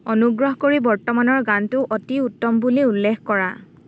অনুগ্ৰহ কৰি বৰ্তমানৰ গানটো অতি উত্তম বুলি উল্লেখ কৰা